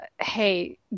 hey